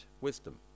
wisdom